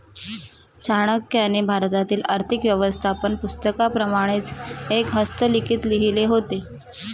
चाणक्याने भारतातील आर्थिक व्यवस्थापन पुस्तकाप्रमाणेच एक हस्तलिखित लिहिले होते